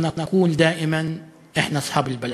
אנו אומרים תמיד: אנחנו בעלי המקום).